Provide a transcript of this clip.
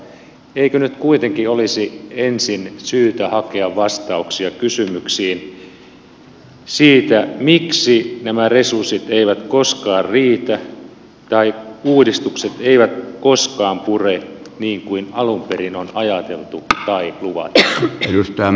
eikö nyt kuitenkin olisi ensin syytä hakea vastauksia kysymyksiin siitä miksi nämä resurssit eivät koskaan riitä tai uudistukset eivät koskaan pure niin kuin alun perin on ajateltu tai luvattu